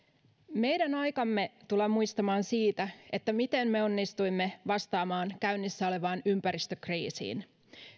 meidän aikamme tullaan muistamaan siitä miten me onnistuimme vastaamaan käynnissä olevaan ympäristökriisiin